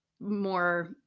more